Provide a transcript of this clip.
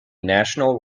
national